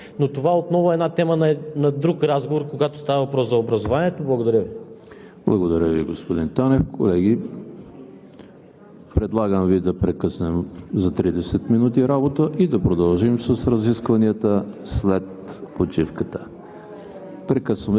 С развитието на технологиите виждаме, че все повече и повече се наблюдава какви са възможностите, какви знания имат хората, а не толкова какво са завършили. Това отново е тема на друг разговор, когато става въпрос за образованието. Благодаря Ви. ПРЕДСЕДАТЕЛ ЕМИЛ ХРИСТОВ: Благодаря Ви, господин Танев. Колеги,